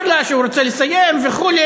ואמר לה שהוא רוצה לסיים וכו'.